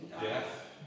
Death